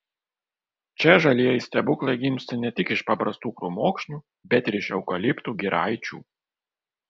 čia žalieji stebuklai gimsta ne tik iš paprastų krūmokšnių bet ir iš eukaliptų giraičių